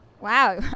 Wow